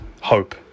hope